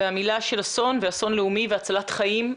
והמילה של אסון ואסון לאומי והצלת חיים,